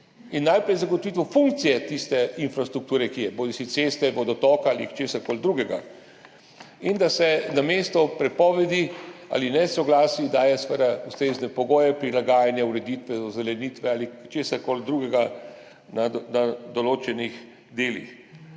in najprej zagotovitev funkcije tiste infrastrukture, ki je, bodisi ceste, vodotoka ali česar koli drugega, in da se namesto prepovedi ali nesoglasij daje seveda ustrezne pogoje prilagajanja, ureditve, ozelenitve ali česar koli drugega na določenih delih.